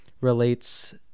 relates